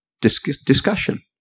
discussion